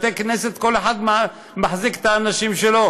בתי-כנסת, כל אחד מחזיק את האנשים שלו.